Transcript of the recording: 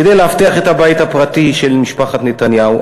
כדי לאבטח את הבית הפרטי של משפחת נתניהו,